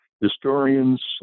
historians